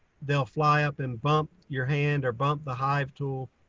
they'll fly up and bump your hand or bump the hive tool.